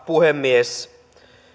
puhemies